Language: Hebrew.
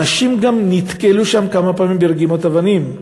אנשים גם נתקלו שם כמה פעמים ברגימות אבנים,